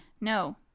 No